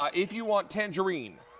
ah if you want tangerine,